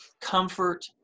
comfort